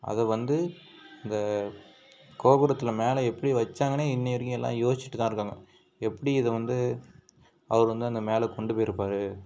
அதை வந்து இந்த கோபுரத்தில் மேலே எப்படி வச்சாங்கனே இன்னைய வரைக்கும் எல்லாம் யோசிச்சுட்டுதான் இருக்காங்க எப்படி இதை வந்து அவரு வந்து அந்த மேலே கொண்டு போயிருப்பார்